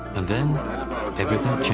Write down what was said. and then about two